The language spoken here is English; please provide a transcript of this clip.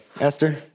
Esther